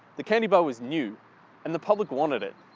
the candy bar was new and the public wanted it.